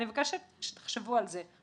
אני מבקשת שתחשבו על זה.